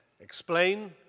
explain